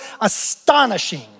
astonishing